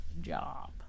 job